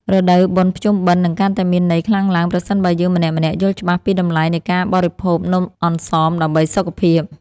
រដូវបុណ្យភ្ជុំបិណ្ឌនឹងកាន់តែមានន័យខ្លាំងឡើងប្រសិនបើយើងម្នាក់ៗយល់ច្បាស់ពីតម្លៃនៃការបរិភោគនំអន្សមដើម្បីសុខភាព។